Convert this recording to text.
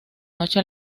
noche